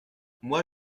moi